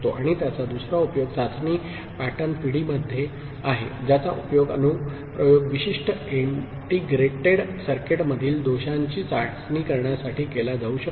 आणि त्याचा दुसरा उपयोग चाचणी पॅटर्न पिढीमध्ये आहे ज्याचा उपयोग अनुप्रयोग विशिष्ट इंटिग्रेटेड सर्किटमधील दोषांची चाचणी करण्यासाठी केला जाऊ शकतो